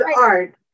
art